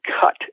cut